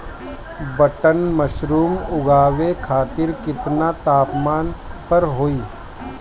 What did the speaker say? Button mushroom उगावे खातिर केतना तापमान पर होई?